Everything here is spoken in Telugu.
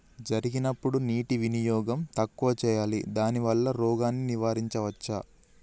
జరిగినప్పుడు నీటి వినియోగం తక్కువ చేయాలి దానివల్ల రోగాన్ని నివారించవచ్చా?